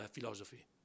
philosophy